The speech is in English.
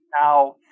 now